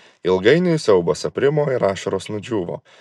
ilgainiui siaubas aprimo ir ašaros nudžiūvo